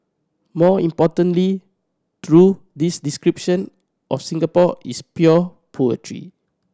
more importantly through this description of Singapore is pure poetry